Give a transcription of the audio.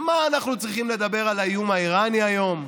מה אנחנו צריכים לדבר על האיום האיראני היום?